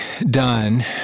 done